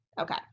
okay